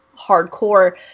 hardcore